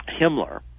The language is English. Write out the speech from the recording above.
Himmler